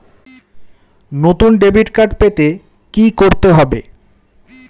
নতুন debit card পেতে কী করতে হবে?